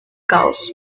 caos